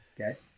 Okay